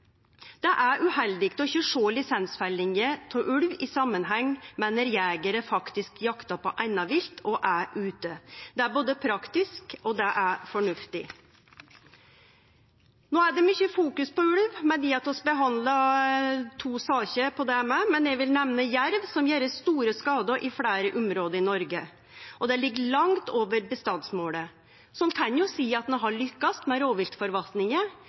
Det er uheldig å ikkje sjå lisensfelling av ulv i samanheng med når jegerar faktisk jaktar på anna vilt og er ute. Det er både praktisk og fornuftig. No er det fokusert mykje på ulv, vi har jo no behandla to saker om det, men eg vil nemne jerv, som gjer store skader i fleire område i Noreg, og som ligg langt over bestandsmålet. Så ein kan jo seie at ein har lykkast med